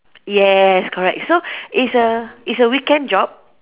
yes correct so it's a it's a weekend job